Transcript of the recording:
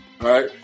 right